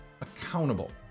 accountable